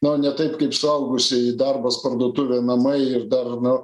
nu ne taip kaip suaugusieji darbas parduotuvė namai ir dar nu